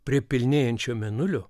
prie pilnėjančio mėnulio